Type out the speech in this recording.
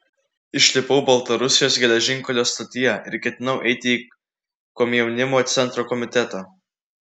išlipau baltarusijos geležinkelio stotyje ir ketinau eiti į komjaunimo centro komitetą